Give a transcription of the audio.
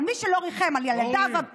אבל מי שלא ריחם על ילדיו, אורלי.